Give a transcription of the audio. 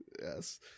Yes